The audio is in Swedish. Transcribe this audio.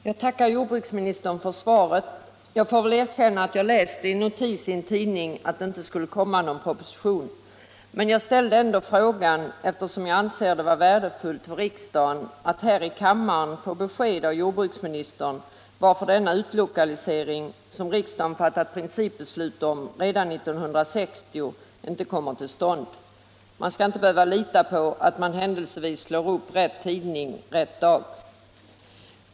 Herr talman! Jag tackar jordbruksministern för svaret. Jag får väl erkänna att jag läst i en notis i en tidning att det inte skulle komma någon proposition i ämnet, men jag framställde ändå frågan, eftersom jag anser det vara värdefullt för riksdagen att här i kammaren få besked av jordbruksministern varför denna utlokalisering, som riksdagen fattat principbeslut om redan 1960, inte kommer till stånd. Man skall inte behöva lita på att man händelsevis slår upp rätt tidning på rätt dag.